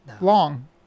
Long